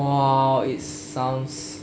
!wow! it sounds